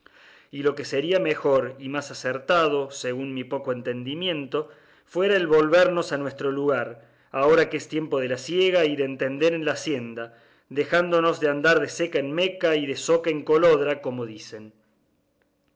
y lo que sería mejor y más acertado según mi poco entendimiento fuera el volvernos a nuestro lugar ahora que es tiempo de la siega y de entender en la hacienda dejándonos de andar de ceca en meca y de zoca en colodra como dicen